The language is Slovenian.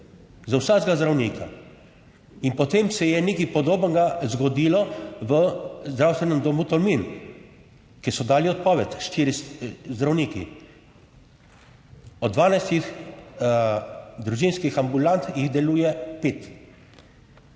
za vsakega zdravnika. In potem se je nekaj podobnega zgodilo v Zdravstvenem domu Tolmin, kjer so dali odpoved štirje zdravniki. Od 12 družinskih ambulant jih deluje 5,